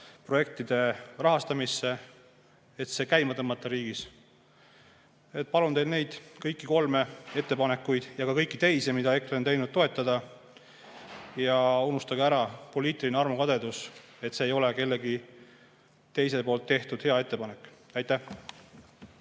projektide rahastamisse, et see riigis käima tõmmata. Palun teil neid kõiki kolme ettepanekut ja ka kõiki teisi, mis EKRE on teinud, toetada. Ja unustage ära poliitiline armukadedus. See ei ole kellegi teise poolt tehtud hea ettepanek. Jaak